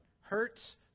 hurts